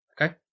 Okay